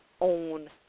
own